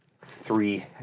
three